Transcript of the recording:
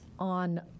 On